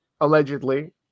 Allegedly